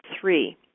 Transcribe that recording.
three